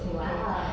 !wow!